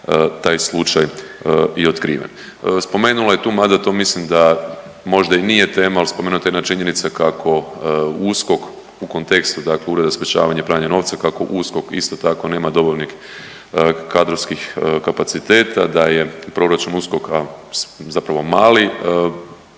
taj slučaj i otkriven. Spomenula je tu, mada to mislim da možda i nije tema ali spomenuta je jedna činjenica kako USKOK u kontekstu dakle Ured za sprječavanje pranja novca kako USKOK isto tako nema dovoljnih kadrovskih kapaciteta, da je proračun USKOK-a zapravo mali.